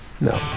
no